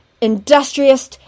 industrious